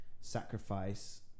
sacrifice